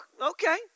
Okay